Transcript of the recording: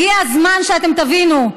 הגיע הזמן שאתם תבינו,